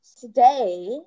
Today